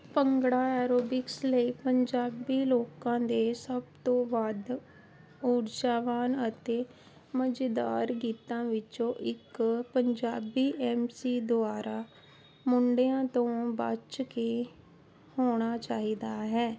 bhangra aerobics ਲਈ ਪੰਜਾਬੀ ਲੋਕਾਂ ਦੇ ਸਭ ਤੋਂ ਵੱਧ ਊਰਜਾਵਾਨ ਅਤੇ ਮਜੇਦਾਰ ਗੀਤਾਂ ਵਿੱਚੋਂ ਇੱਕ ਪੰਜਾਬੀ ਐਮਸੀ ਦੁਆਰਾ ਮੁੰਡਿਆਂ ਤੋਂ ਬਚ ਕੇ ਹੋਣਾ ਚਾਹੀਦਾ ਹੈ